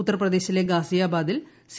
ഉത്തർപ്രദേശിലെ ഗാസിയാബാദിൽ സി